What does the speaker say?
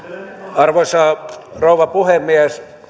arvoisa rouva puhemies